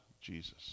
Jesus